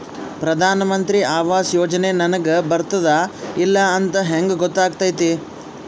ಪ್ರಧಾನ ಮಂತ್ರಿ ಆವಾಸ್ ಯೋಜನೆ ನನಗ ಬರುತ್ತದ ಇಲ್ಲ ಅಂತ ಹೆಂಗ್ ಗೊತ್ತಾಗತೈತಿ?